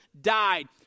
died